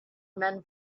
men